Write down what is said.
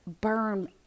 burn